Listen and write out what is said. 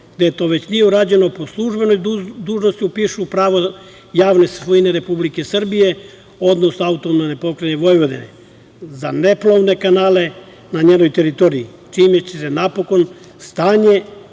gde to već nije urađeno, po službenoj dužnosti upišu pravo javne svojine Republike Srbije, odnosno AP Vojvodine za neplovne kanale na njenoj teritoriji, čime će se napokon stanje